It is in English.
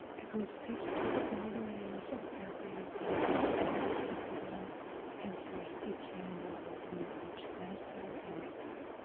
it will stitch through all the layers of fabric and give stability to them hence your ah stitching will look much nicer and neater,